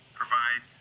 provide